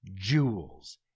jewels